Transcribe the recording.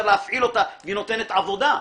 להפעיל אותה והיא נותנת עבודה --- אפשר.